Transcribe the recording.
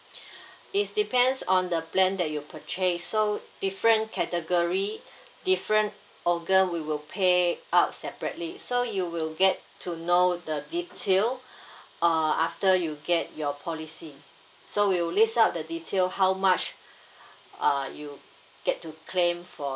it's depends on the plan that you purchase so different category different organ we will pay out separately so you will get to know the detail uh after you get your policy so we will list out the detail how much uh you get to claim for